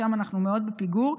שם אנחנו מאוד בפיגור,